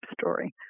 story